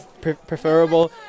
preferable